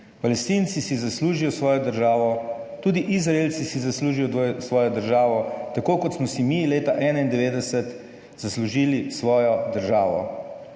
Palestinci si zaslužijo svojo državo, tudi Izraelci si zaslužijo svojo državo, tako kot smo si mi leta 1991 zaslužili svojo državo.